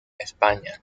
españa